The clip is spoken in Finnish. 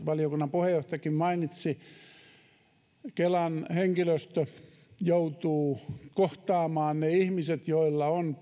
valiokunnan puheenjohtajakin mainitsi kelan henkilöstö joutuu kohtaamaan ihmisiä joilla on